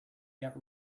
yet